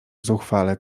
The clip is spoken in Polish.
zuchwale